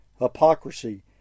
hypocrisy